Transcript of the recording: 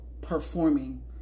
Performing